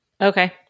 Okay